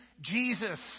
Jesus